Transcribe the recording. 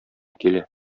килә